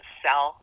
sell